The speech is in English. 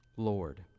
Lord